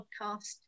podcast